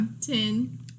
Ten